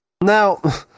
Now